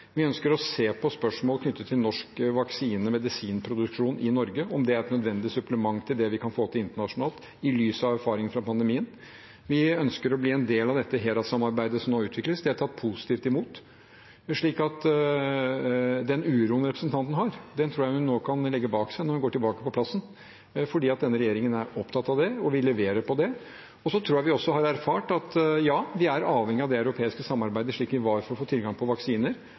Vi ønsker å se på spørsmål knyttet til norsk vaksine- og medisinproduksjon i Norge, om det er et nødvendig supplement til det vi kan få til internasjonalt, i lys av erfaringene fra pandemien. Vi ønsker å bli en del av dette HERA-samarbeidet som nå utvikles, og det er tatt positivt imot. Den uroen representanten har, tror jeg hun nå kan legge bak seg når hun går tilbake på plassen, for denne regjeringen er opptatt av det, og vi leverer på det. Jeg tror vi har erfart at ja, vi er avhengig av det europeiske samarbeidet, slik vi var for å få tilgang på vaksiner,